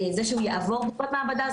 זה שהוא יעבור בדיקות מעבדה,